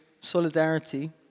solidarity